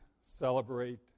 celebrate